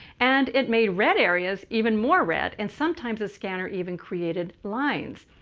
and it made red areas even more red and sometimes the scanner even created lines.